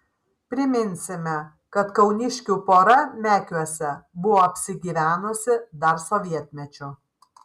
priminsime kad kauniškių pora mekiuose buvo apsigyvenusi dar sovietmečiu